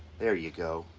there you go,